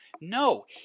No